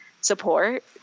support